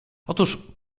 otóż